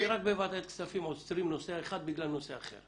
חשבתי שרק בוועדת כספים אוסרים נושא אחד בגלל נושא אחר.